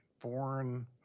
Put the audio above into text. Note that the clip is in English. foreign